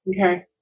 Okay